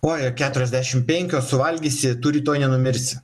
oj ar keturiasdešimt penkios suvalgysi tu rytoj nenumirsi